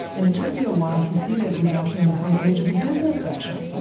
and it took me a while to see that it was actually on the front page of the business section.